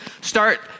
start